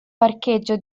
parcheggio